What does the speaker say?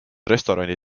restorani